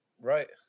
Right